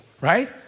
right